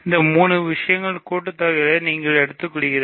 இந்த 3 விஷயங்களின் கூட்டுத்தொகையை நீங்கள் எடுத்துக்கொள்கிறீர்கள்